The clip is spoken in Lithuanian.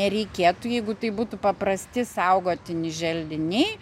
nereikėtų jeigu tai būtų paprasti saugotini želdiniai